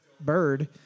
bird